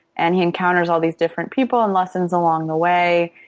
and he encounters all these different people and lessons along the way.